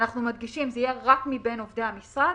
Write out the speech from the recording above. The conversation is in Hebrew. אנחנו מדגישים שזה יהיה רק מבין עובדי המשרד.